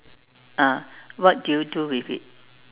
ah what do you do with it